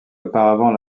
auparavant